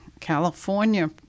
California